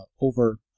over